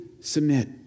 submit